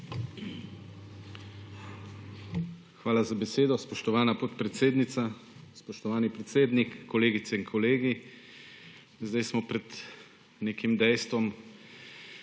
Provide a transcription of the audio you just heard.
Hvala za besedo, spoštovana podpredsednica, spoštovani predsednik, kolegice in kolegi. Zdaj smo pred nekim dejstvom,